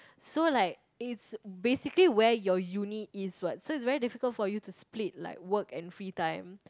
so like it's basically where your uni is what so it's very difficult for you to split like work and free time